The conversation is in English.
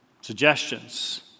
suggestions